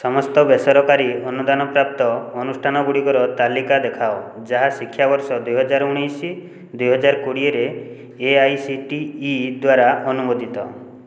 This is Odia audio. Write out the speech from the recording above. ସମସ୍ତ ବେସରକାରୀ ଅନୁଦାନ ପ୍ରାପ୍ତ ଅନୁଷ୍ଠାନ ଗୁଡ଼ିକର ତାଲିକା ଦେଖାଅ ଯାହା ଶିକ୍ଷାବର୍ଷ ଦୁଇ ହଜାର ଉଣେଇଶ ଦୁଇ ହଜାର କୋଡ଼ିଏରେ A I C T E ଦ୍ଵାରା ଅନୁମୋଦିତ